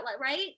right